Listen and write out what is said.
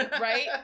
right